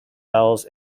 owls